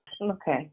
Okay